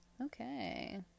Okay